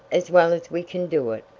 as well as we can do it,